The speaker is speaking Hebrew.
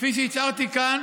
כפי שהצהרתי כאן,